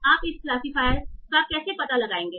आप इस क्लासिफायर को कैसे पता लगाएंगे